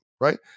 right